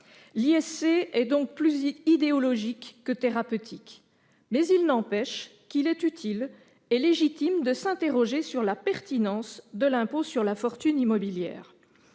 L'ISC est donc plus idéologique que thérapeutique. Il n'empêche qu'il est utile et légitime de s'interroger sur la pertinence de l'impôt sur la fortune immobilière.